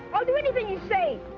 i'll do anything you say.